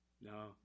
No